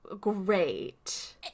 great